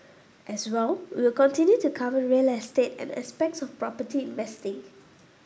as well we'll continue to cover real estate and aspects of property investing